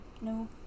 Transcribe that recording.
No